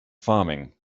farming